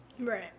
right